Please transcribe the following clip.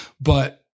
But-